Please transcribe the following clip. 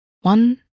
One